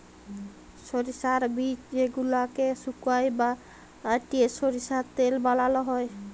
সরষার বীজ যেগলাকে সুকাই বাঁটে সরষার তেল বালাল হ্যয়